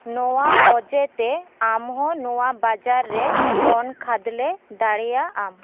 ᱱᱚᱣᱟ ᱚᱡᱮᱛᱮ ᱟᱢᱦᱚᱸ ᱱᱚᱣᱟ ᱵᱟᱡᱟᱨ ᱨᱮ ᱫᱚᱱ ᱠᱷᱟᱫᱽᱞᱮ ᱫᱟᱲᱮᱭᱟᱜᱼᱟᱢ